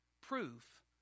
proof